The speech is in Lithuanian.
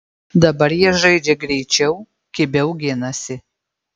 dabar jie žaidžia greičiau kibiau ginasi